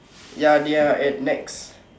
ya they are at Nex